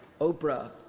Oprah